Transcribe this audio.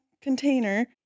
container